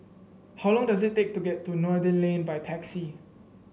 how long does it take to get to Noordin Lane by taxi